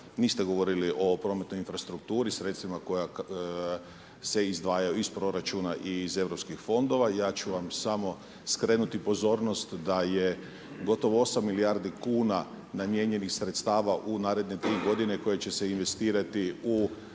niste govorili o prometnoj infrastrukturi sredstvima koja se izdvajaju i iz proračuna i iz europskih fondova. Ja ću vam samo skrenuti pozornost da je gotovo 8 milijardi kuna namijenjenih sredstava u naredne 3 godine koje će se investirati u